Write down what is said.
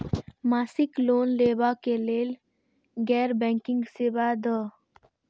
मासिक लोन लैवा कै लैल गैर बैंकिंग सेवा द?